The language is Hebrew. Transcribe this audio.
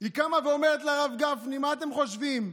היא קמה ואומרת לרב גפני: מה אתם חושבים,